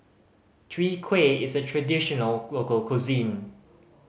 Chwee Kueh is a traditional local cuisine